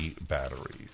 batteries